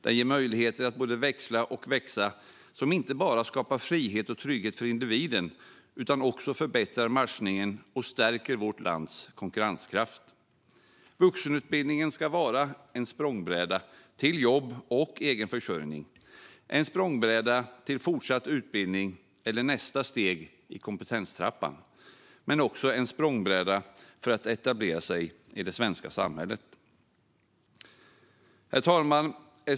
Den ger möjligheter att både växla och växa som inte bara skapar frihet och trygghet för individen utan också förbättrar matchningen och stärker vårt lands konkurrenskraft. Vuxenutbildningen ska vara en språngbräda till jobb och egen försörjning, en språngbräda till fortsatt utbildning eller nästa steg i kompetenstrappan men också en språngbräda till att etablera sig i det svenska samhället. Herr talman!